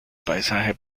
paisaje